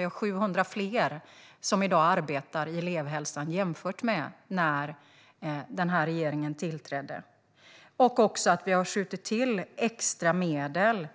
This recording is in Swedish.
Vi har i dag 700 fler som arbetar i elevhälsan, jämfört med när denna regering tillträdde. Vi har också skjutit till extra medel